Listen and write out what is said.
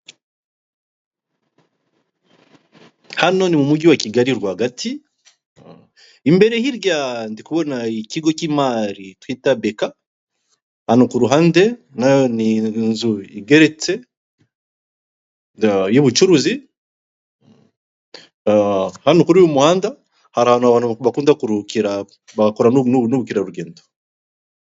Hano ni mu mujyi wa Kigali rwagati, imbere hiryaha ndikubona ikigo cy'imari twita beka ahantu kuhande ndahabona inzu igeretse yubucuruzi, hano kuri uyu muhanda hari ahantu abantu bakunda kuruhukira bakorera n'ubukerarugendo.